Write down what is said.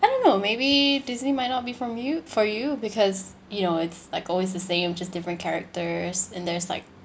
I don't know maybe Disney might not be from you for you because you know it's like always the same just different characters and there's like